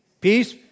Peace